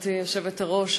גברתי היושבת-ראש,